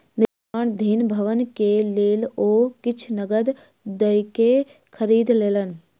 निर्माणाधीन भवनक लेल ओ किछ नकद दयके खरीद लेलैन